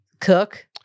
cook